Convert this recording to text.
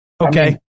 okay